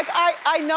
i know